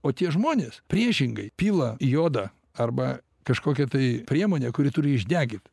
o tie žmonės priešingai pila jodą arba kažkokią tai priemonę kuri turi išdegit